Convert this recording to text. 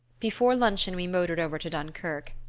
before luncheon we motored over to dunkerque.